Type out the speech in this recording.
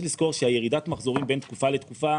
לזכור שירידת מחזורים בין תקופה לתקופה